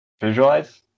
Visualize